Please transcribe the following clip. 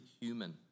human